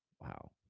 Wow